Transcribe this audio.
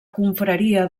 confraria